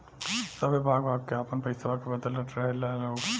सभे भाग भाग के आपन पइसवा के बदलत रहेला लोग